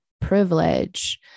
privilege